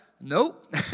nope